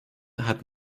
hat